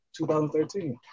2013